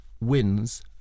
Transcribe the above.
wins